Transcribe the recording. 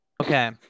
Okay